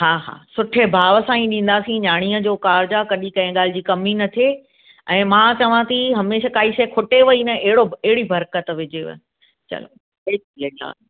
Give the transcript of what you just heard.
हा हा सु्ठे भाव सां ई ॾींदासीं न्याणीअ जो काज आ कॾहिं कंहिं ॻाल्हि जी कमी न थिए ऐं मां चवां थी हमेशह काई शइ खुटेव ई न अहिड़ो अहिड़ी बर्कत विझेव चलो जय झूलेलाल